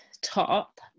top